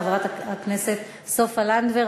חברת הכנסת סופה לנדבר.